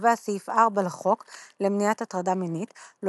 קובע סעיף 4 לחוק למניעת הטרדה מינית "לא